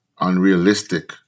unrealistic